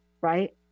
right